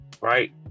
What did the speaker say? right